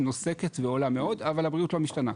נוסקת ועולה מאוד אבל הבריאות לא משתנה,